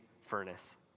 furnace